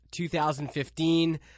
2015